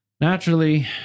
naturally